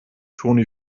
toni